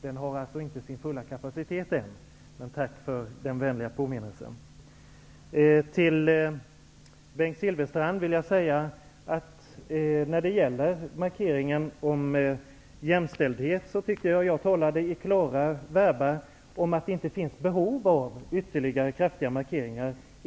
Den har alltså inte sin fulla kapacitet än -- detta med tanke på den vänliga påminnelsen. Till Bengt Silfverstrand vill jag säga när det gäller markeringen om jämställdhet att jag tycker att jag talade i klara verbal om att det inte finns behov av ytterligare kraftiga markeringar.